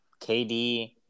KD